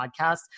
podcast